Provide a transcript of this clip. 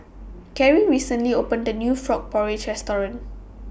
Carry recently opened The New Frog Porridge Restaurant